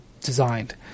designed